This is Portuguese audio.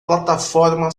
plataforma